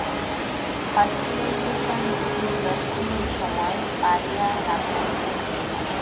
pasteurisation দুধের রক্ষণের সমায় বাড়েয়া রাখং প্রক্রিয়া